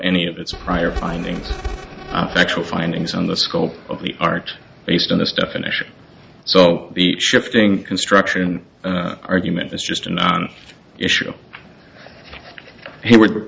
any of its prior findings actual findings on the scope of the art based on this definition so the shifting construction argument is just a non issue here were